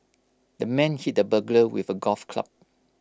the man hit the burglar with A golf club